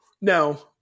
No